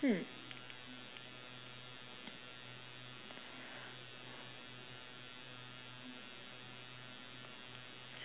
hmm